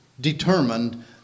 determined